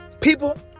people